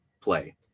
play